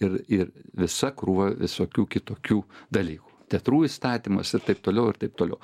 ir ir visa krūva visokių kitokių dalykų teatrų įstatymas ir taip toliau ir taip toliau